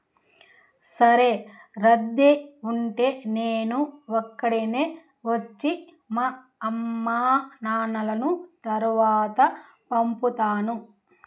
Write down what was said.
సరే రద్దీ ఉంటే నేను ఒక్కడినే వచ్చి మా అమ్మానాన్నలను తరువాత పంపుతాను